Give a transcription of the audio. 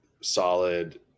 solid